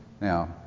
Now